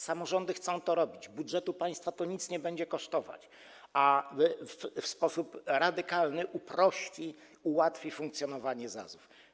Samorządy chcą to robić, budżetu państwa nie będzie to nic kosztować, a to w sposób radykalny uprości, ułatwi funkcjonowanie ZAZ-ów.